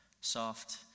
soft